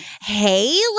hey